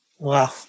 Wow